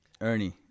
ernie